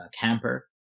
camper